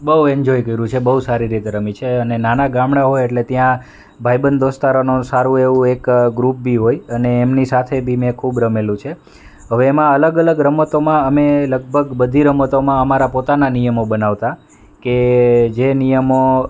બહુ એન્જોય કર્યું છે બહુ સારી રીતે અને નાના ગામડા હોય એટલે ત્યાં ભાઈબંધ દોસ્તારોનુ સારું એવું એક ગ્રુપ બી હોય અને એમની સાથે બી મેં ખૂબ રમેલું છે હવે એમાં અલગ અલગ રમતોમાં અમે લગભગ બધી રમતોમાં અમે અમારા પોતાના નિયમો બનાવતા કે જે નિયમો